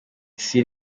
isi